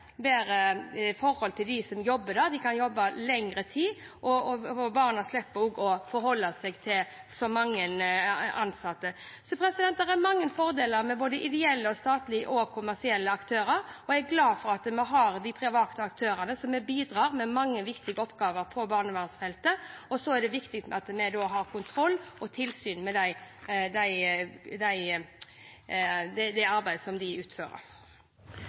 forhold til dem som jobber der, de kan jobbe lengre tid, og barna slipper også å forholde seg til så mange ansatte. Så det er mange fordeler med både ideelle og statlige og kommersielle aktører. Jeg er glad for at vi har de private aktørene, som bidrar med mange viktige oppgaver på barnevernsfeltet, og det er viktig at vi har kontroll og tilsyn med det arbeidet de utfører. Neste taler er representanten Arild Grande, som